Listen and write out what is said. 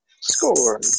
Score